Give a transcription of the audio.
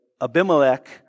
Abimelech